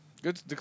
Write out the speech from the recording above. Good